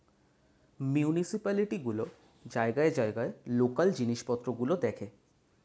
municipality গুলো জায়গায় জায়গায় লোকাল জিনিসপত্র গুলো দেখে